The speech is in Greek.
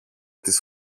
τις